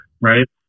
right